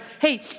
Hey